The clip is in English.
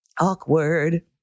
Awkward